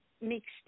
mixed